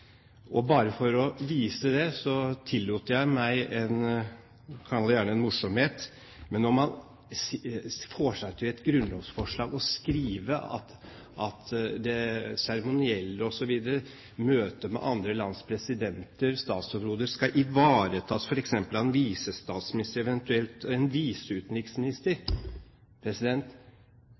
fungere. Bare for å vise det tillot jeg meg – kall det gjerne – en morsomhet. Når man i et grunnlovsforslag får seg til å skrive at det seremonielle osv., møte med andre lands presidenter og statsoverhoder, skal ivaretas f.eks. av en visestatsminister, eventuelt en viseutenriksminister,